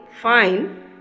Fine